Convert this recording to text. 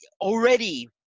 already